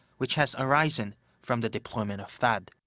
which has arisen from the deployment of thaad.